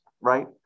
right